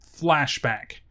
flashback